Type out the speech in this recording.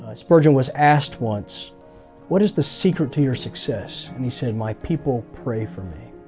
ah spurgeon was asked once what is the secret to your success. and he said my people pray for me.